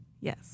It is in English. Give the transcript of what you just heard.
Yes